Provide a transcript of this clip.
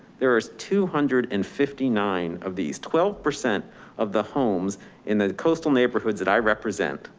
there was two hundred and fifty nine of these twelve percent of the homes in the coastal neighborhoods that i represent.